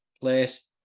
place